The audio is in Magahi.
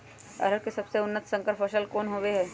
अरहर के सबसे उन्नत संकर फसल कौन हव?